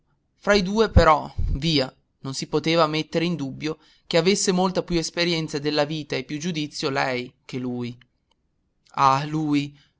fra i due però via non si poteva mettere in dubbio che avesse molta più esperienza della vita e più giudizio lei che lui ah lui